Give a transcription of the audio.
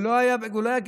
הוא לא היה גשר.